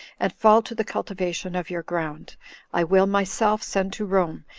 and fall to the cultivation of your ground i will myself send to rome,